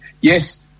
yes